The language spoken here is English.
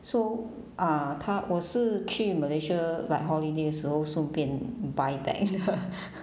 so ah 她我是去 malaysia like holiday 的时候顺便 buy back 的